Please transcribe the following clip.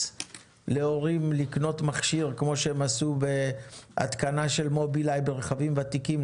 להורים לקנות מכשיר כמו שהם עשו בהתקנה של מובילאיי ברכבים ותיקים,